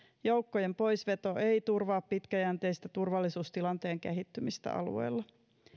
joukkojen poisveto ei turvaa pitkäjänteistä turvallisuustilanteen kehittymistä alueella